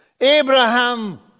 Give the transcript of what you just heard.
Abraham